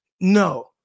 No